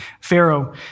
Pharaoh